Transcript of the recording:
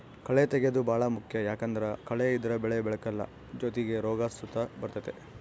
ಕಳೇ ತೆಗ್ಯೇದು ಬಾಳ ಮುಖ್ಯ ಯಾಕಂದ್ದರ ಕಳೆ ಇದ್ರ ಬೆಳೆ ಬೆಳೆಕಲ್ಲ ಜೊತಿಗೆ ರೋಗ ಸುತ ಬರ್ತತೆ